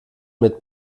mit